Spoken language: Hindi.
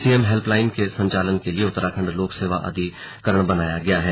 सीएम हेल्पलाईन के संचालन के लिए उत्तराखण्ड लोक सेवा अधिकरण बनाया गया है